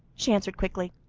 she answered quickly.